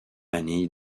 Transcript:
année